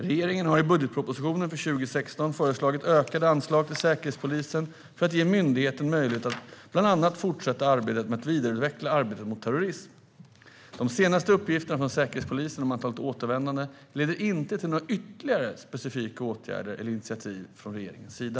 Regeringen har i budgetpropositionen för 2016 föreslagit ökade anslag till Säkerhetspolisen för att ge myndigheten möjlighet att bland annat fortsätta arbetet med att vidareutveckla arbetet mot terrorism. De senaste uppgifterna från Säkerhetspolisen om antalet återvändande leder inte till några ytterligare specifika åtgärder eller initiativ från regeringens sida.